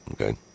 Okay